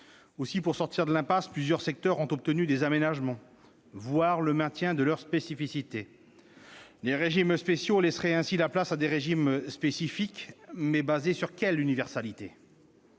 Aussi, pour sortir de l'impasse, plusieurs secteurs ont obtenu des aménagements, voire le maintien de leur spécificité. Les régimes spéciaux laisseraient ainsi la place à des régimes « spécifiques », mais basés sur quelle universalité ?